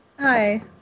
hi